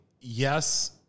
yes